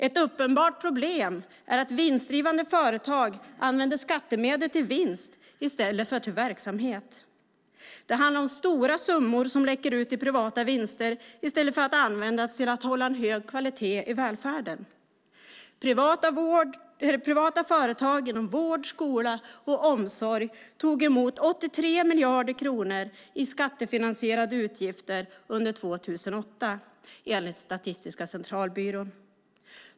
Ett uppenbart problem är att vinstdrivande företag använder skattemedel till vinst i stället för till verksamhet. Det handlar om stora summor som läcker ut i privata vinster i stället för att användas till att hålla en hög kvalitet i välfärden. Privata företag inom vård, skola och omsorg tog emot 83 miljarder kronor i skattefinansierade utgifter under 2008, enligt Statistiska centralbyrån.